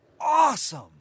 Awesome